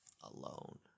alone